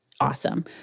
awesome